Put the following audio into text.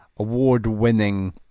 award-winning